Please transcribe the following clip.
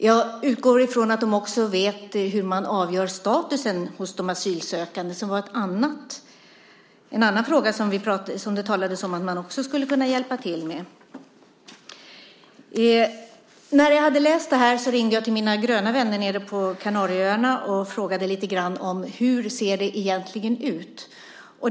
Jag utgår från att de vet hur man avgör statusen hos de asylsökande, som var en annan fråga som det talades om att vi skulle hjälpa till med. När jag hade läst det ringde jag mina "gröna" vänner nere på Kanarieöarna och frågade hur det egentligen ser ut.